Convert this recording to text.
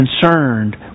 concerned